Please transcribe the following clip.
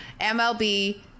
MLB